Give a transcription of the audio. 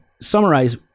summarize